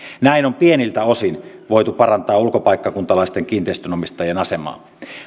näin on pieniltä osin voitu parantaa ulkopaikkakuntalaisten kiinteistönomistajien asemaa